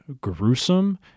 gruesome